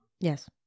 Yes